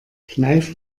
kneif